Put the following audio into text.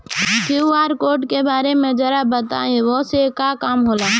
QR code के बारे में जरा बताई वो से का काम होला?